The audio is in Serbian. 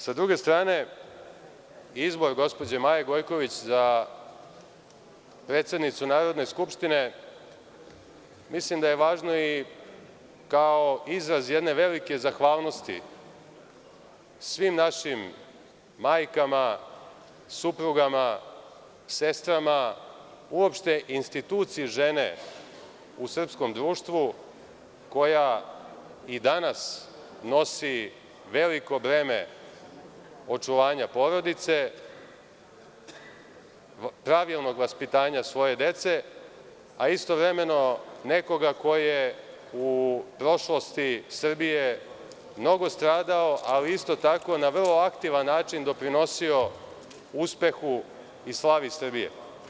Sa druge strane, izbor gospođe Maje Gojković za predsednicu Narodne skupštine mislim da je važno i kao izraz jedne velike zahvalnosti svim našim majkama, suprugama, sestrama, uopšte instituciji žene u srpskom društvu koja i danas nosi veliko breme očuvanja porodice, pravilnog vaspitanja svoje dece, a istovremeno nekoga koje u prošlosti Srbije mnogo strada, ali isto tako na vrlo aktivan način doprinosio uspehu i slavi Srbije.